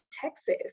Texas